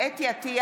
חוה אתי עטייה,